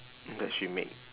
that she make